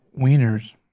Wieners